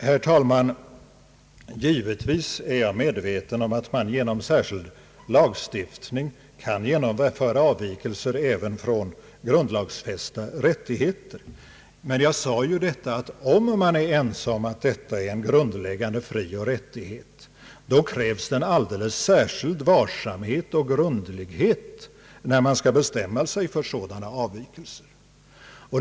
Herr talman! Givetvis är jag medveten om att man genom särskild lagstiftning kan genomföra avvikelser även från grundlagsfästa rättigheter. Men jag sade att om man är överens om att det gäller en grundläggande frioch rättighet krävs en alldeles särskild varsamhet och grundlighet när man skall bestämma sig för sådana avvikelser.